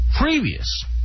Previous